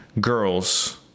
girls